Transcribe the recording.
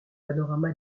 panorama